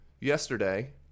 yesterday